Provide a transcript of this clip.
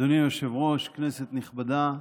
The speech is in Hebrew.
אדוני היושב-ראש, כנסת נכבדה,